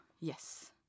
Yes